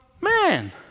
man